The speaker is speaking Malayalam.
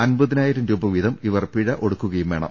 അൻപതിനായിരം രൂപവീതം ഇവർ പിഴ അടയ്ക്കുകയും വേണം